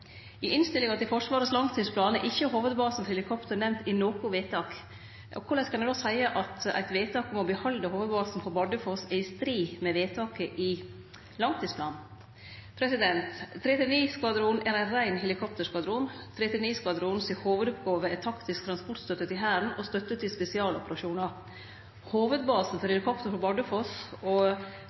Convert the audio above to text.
I innstillinga til langtidsplanen for Forsvaret er ikkje hovudbasen til helikopter nemnd i noko vedtak. Korleis kan ein då seie at vedtaket om å behalde hovudbasen på Bardufoss er i strid med vedtaket i langtidsplanen? 339-skvadronen er ein rein helikopterskvadron. Hovudoppgåva til 339-skvadronen er taktisk transportstøtte til Hæren og støtte til spesialoperasjonar. Hovudbasen for helikopter på Bardufoss og